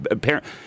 parents